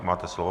Máte slovo.